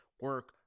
Work